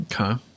Okay